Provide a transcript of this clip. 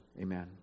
Amen